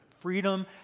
freedom